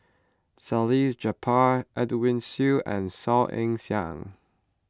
Salleh Japar Edwin Siew and Saw Ean Ang